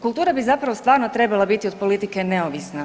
Kultura bi zapravo stvarno treba biti od politike neovisna.